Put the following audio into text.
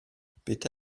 bitte